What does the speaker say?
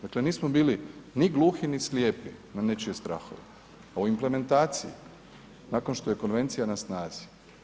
Dakle, nismo bili ni gluhi ni slijepi na nečije strahove o implementaciji nakon što je konvencija na snazi.